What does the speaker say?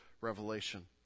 Revelation